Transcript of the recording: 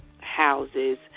houses